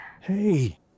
Hey